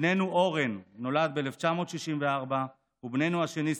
בננו אורן נולד ב-1964 ובננו השני,